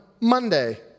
Monday